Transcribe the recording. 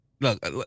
Look